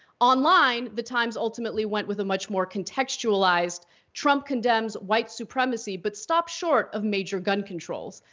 online, the times ultimately went with a much more contextualized trump condemns white supremacy but stops short of major gun controls.